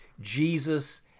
Jesus